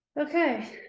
Okay